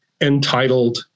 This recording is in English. entitled